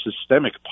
systemic